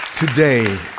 Today